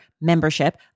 membership